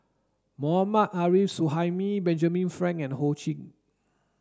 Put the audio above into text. Mohammad Arif Suhaimi Benjamin Frank and Ho Ching